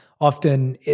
Often